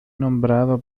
nombrado